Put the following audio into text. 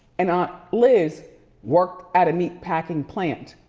and aunt liz worked at a meat packing plant.